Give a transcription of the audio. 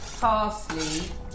parsley